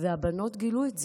והבנות גילו את זה.